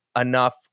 enough